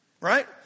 right